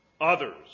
others